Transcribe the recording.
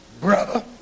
Brother